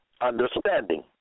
understanding